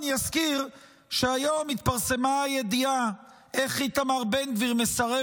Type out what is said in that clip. אזכיר שהיום התפרסמה ידיעה איך איתמר בן גביר מסרב